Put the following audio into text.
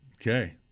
Okay